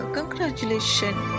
Congratulations